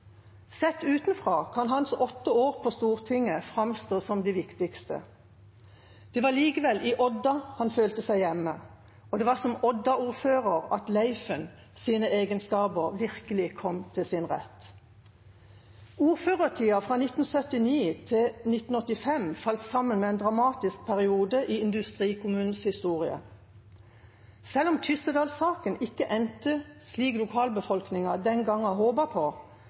Sett utenfra kan hans åtte år på Stortinget framstå som det viktigste. Det var likevel i Odda han følte seg hjemme, og det var som Odda-ordfører at «Leifen» sine egenskaper virkelig kom til sin rett. Ordførertiden fra 1979 til 1985 falt sammen med en dramatisk periode i industrikommunens historie. Selv om Tyssedal-saken ikke endte slik lokalbefolkningen den gangen håpet på, ser vi i ettertid betydningen av at ilmenittsmelteverket kom på